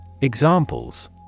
Examples